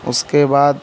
उसके बाद